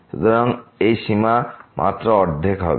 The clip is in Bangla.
সুতরাং এই সীমা মাত্র অর্ধেক হবে